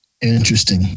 Interesting